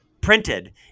printed